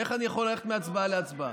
איך אני יכול ללכת מהצבעה להצבעה?